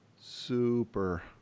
super